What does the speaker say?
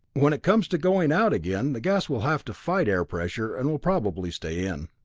when it comes to going out again, the gas will have to fight air pressure, and will probably stay in.